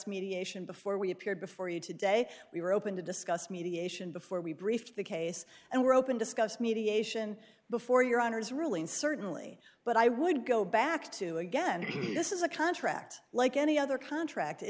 mediation before we appeared before you today we were open to discuss mediation before we briefed the case and were open discuss mediation before your honor's ruling certainly but i would go back to again this is a contract like any other contract